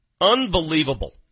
Unbelievable